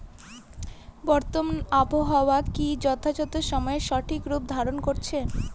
বর্তমানে আবহাওয়া কি যথাযথ সময়ে সঠিক রূপ ধারণ করছে?